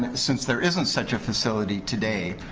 since there isn't such a facility today,